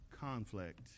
conflict